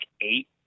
eight